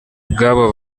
bw’abo